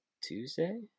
tuesday